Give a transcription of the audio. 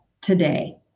today